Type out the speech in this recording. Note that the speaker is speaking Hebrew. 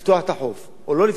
לפתוח את החוף או לא לפתוח אותו,